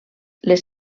les